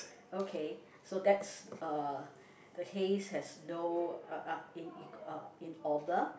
okay so that's uh the hays has no uh uh in uh in order